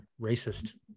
Racist